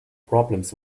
problems